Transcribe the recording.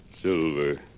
Silver